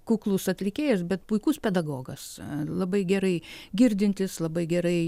kuklus atlikėjas bet puikus pedagogas labai gerai girdintis labai gerai